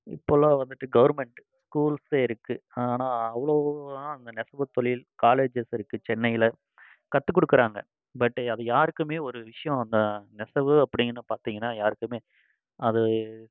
இப்போல்லாம் வந்துட்டு கவர்மெண்ட் ஸ்கூல்ஸே இருக்குது ஆனால் அவ்வளோவா அந்த நெசவு தொழில் காலேஜஸ் இருக்குது சென்னையில் கற்றுக் கொடுக்குறாங்க பட்டு அது யாருக்கும் ஒரு விஷயம் அந்த நெசவு அப்படியின்னு பார்த்தீங்கனா யாருக்கும் அது